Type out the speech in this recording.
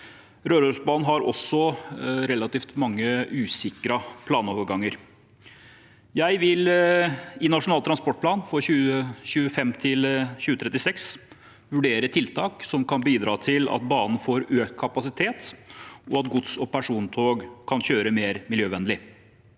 Rørosbanen har også relativt mange usikrede planoverganger. Jeg vil i Nasjonal transportplan for 2025–2036 vurdere tiltak som kan bidra til at banen får økt kapasitet, og at gods- og persontog kan kjøre mer miljøvennlig.